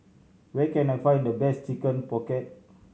where can I find the best Chicken Pocket